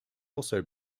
also